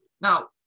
Now